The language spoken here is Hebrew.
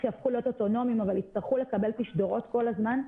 יהפכו להיות אוטונומיים אבל יצטרכו לקבל תשדורות כל הזמן,